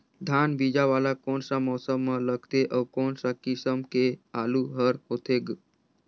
धान बीजा वाला कोन सा मौसम म लगथे अउ कोन सा किसम के आलू हर होथे?